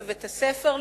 בבית-הספר,